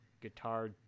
guitar